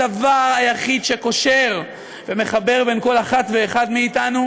בדבר היחיד שקושר ומחבר בין כל אחת ואחד מאתנו,